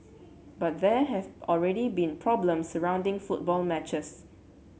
but there have already been problem surrounding football matches